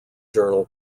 journal